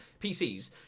PCs